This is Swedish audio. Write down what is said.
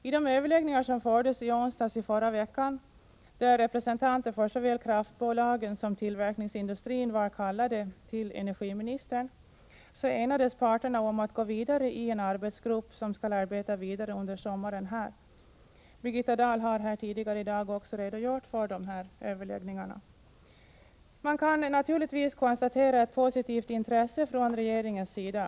I de överläggningar som fördes i förra veckan, där representanter för såväl kraftbolagen som tillverkningsindustrin var kallade till energiministern, enades parterna om att tillsätta en arbetsgrupp, som skall arbeta vidare under sommaren. Birgitta Dahl har tidigare i dag redogjort för dessa överläggningar. Man kan naturligtvis konstatera ett positivt intresse från regeringens sida.